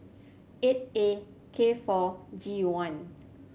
eight A K four G one